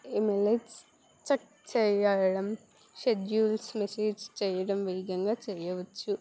emails check చేయడం schedules message చేయడం వేగంగా చేయవచ్చు